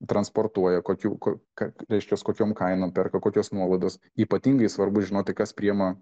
transportuoja kokių kur ką reiškias kokiom kainom perka kokios nuolaidos ypatingai svarbu žinoti kas priėma